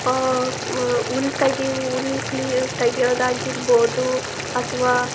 ಹುಲ್ಲು ತೆಗೆಯೋ ಹುಲ್ಲು ತೆಗಿಯೋದು ಆಗಿರ್ಬೋದು ಅಥವಾ